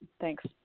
thanks